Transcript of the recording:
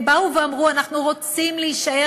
הם באו ואמרו: אנחנו רוצים להישאר